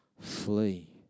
flee